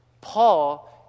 Paul